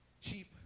cheap